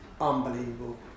unbelievable